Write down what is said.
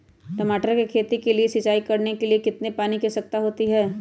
टमाटर की खेती के लिए सिंचाई करने के लिए कितने पानी की आवश्यकता होती है?